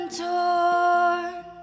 torn